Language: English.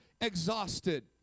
exhausted